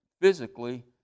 physically